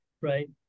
right